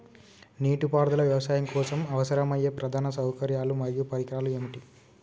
నీటిపారుదల వ్యవసాయం కోసం అవసరమయ్యే ప్రధాన సౌకర్యాలు మరియు పరికరాలు ఏమిటి?